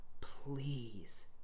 Please